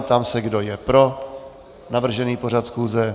Ptám se, kdo je pro navržený pořad schůze.